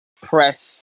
press